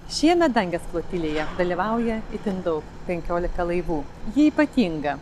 šiemet dangės flotilėje dalyvauja itin daug penkiolika laivų ji ypatinga